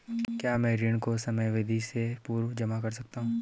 क्या मैं ऋण को समयावधि से पूर्व जमा कर सकती हूँ?